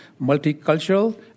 multicultural